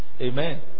Amen